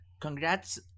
Congrats